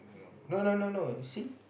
no no no you see